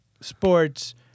sports